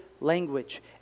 language